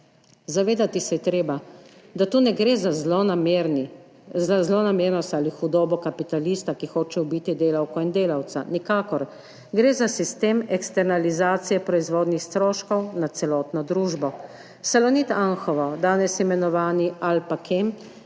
Zavedati se je treba, da tu ne gre za zlonamernost ali hudobo kapitalista, ki hoče ubiti delavko in delavca, nikakor, gre za sistem eksternalizacije proizvodnih stroškov na celotno družbo. Salonit Anhovo, danes imenovan Alpacem,